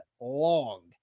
long